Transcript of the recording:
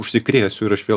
užsikrėsiu ir aš vėl